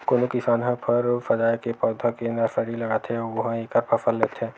कोनो किसान ह फर अउ सजाए के पउधा के नरसरी लगाथे अउ उहां एखर फसल लेथे